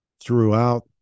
throughout